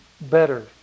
better